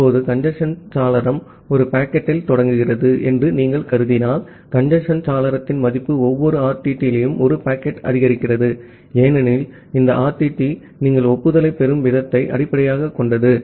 இப்போது கஞ்சேஸ்ன் சாளரம் 1 பாக்கெட்டில் தொடங்குகிறது என்று நீங்கள் கருதினால் கஞ்சேஸ்ன்சாளரத்தின் மதிப்பு ஒவ்வொரு ஆர்டிடியிலும் 1 பாக்கெட் அதிகரிக்கிறது ஏனெனில் இந்த ஆர்டிடி நீங்கள் ஒப்புதலைப் பெறும் விகிதத்தை அடிப்படையாகக் கொண்டது